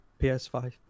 PS5